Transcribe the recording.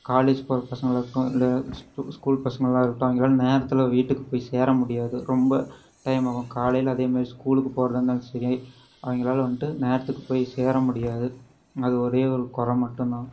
college போகிற பசங்களாக இருக்கட்டும் இல்லை ஸ்கூ ஸ்கூல் பசங்களாக இருக்கட்டும் அவங்களால நேரத்தில் வீட்டுக்குப் போய் சேர முடியாது ரொம்ப டைம் ஆகும் காலையில் அதேமாதிரி ஸ்கூலுக்குப் போகிறதா இருந்தாலும் சரி அவங்களால வந்துட்டு நேரத்துக்குப் போய் சேர முடியாது அது ஒரே ஒரு கொறை மட்டும் தான்